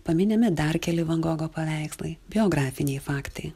paminimi dar keli van gogo paveikslai biografiniai faktai